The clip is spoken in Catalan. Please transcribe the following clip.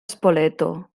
spoleto